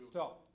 Stop